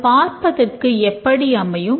அது பார்ப்பதற்கு எப்படி அமையும்